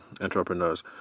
entrepreneurs